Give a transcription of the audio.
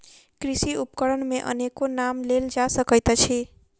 कृषि उपकरण मे अनेको नाम लेल जा सकैत अछि